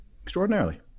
extraordinarily